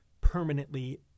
permanently